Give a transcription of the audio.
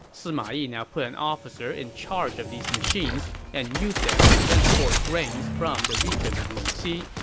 sima yi now put an officer in charge of these machines and used them to transport grains from the region of longxi,